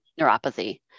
neuropathy